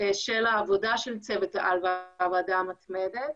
של העבודה של צוות העל בוועדה המתמדת.